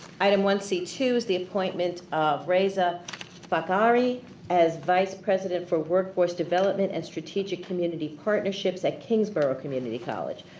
item one c two is the appointment of reza fakhari as vice president for workforce development and strategic community partnerships at kingsborough community college.